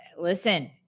Listen